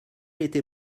était